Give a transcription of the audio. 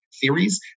theories